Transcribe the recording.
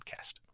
podcast